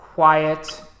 quiet